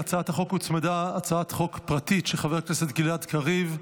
להצעת החוק הוצמדה הצעת חוק פרטית של חבר הכנסת גלעד קריב.